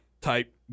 type